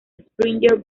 springer